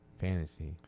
Fantasy